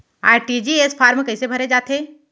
RTGS form कइसे भरे जाथे?